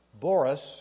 Boris